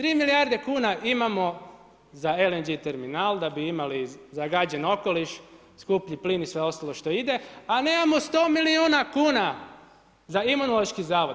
3 milijarde kuna imamo za LNG terminal, da bi imali zagađen okoliš, skuplji plin i sve ostalo što ide, a nemamo 100 milijuna kuna za Imunološki zavod.